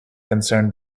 concerned